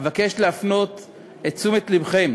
אבקש להפנות את תשומת לבכם